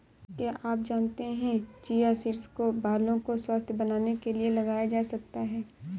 क्या आप जानते है चिया सीड्स को बालों को स्वस्थ्य बनाने के लिए लगाया जा सकता है?